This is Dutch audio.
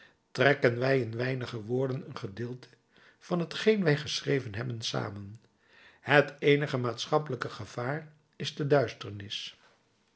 trekken wij in weinige woorden een gedeelte van t geen wij geschreven hebben samen het eenige maatschappelijke gevaar is de duisternis